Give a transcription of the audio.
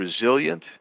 resilient